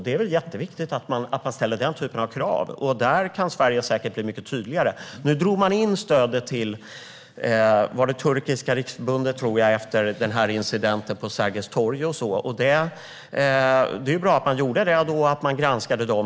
Det är jätteviktigt att man ställer den typen av krav. Där kan Sverige säkert bli mycket tydligare. Nu drog man in stödet till, tror jag, Turkiska Riksförbundet efter incidenten på Sergels torg. Det var bra att man granskade dem och gjorde det.